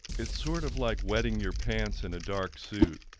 it's sort of like wetting your pants in a dark suit.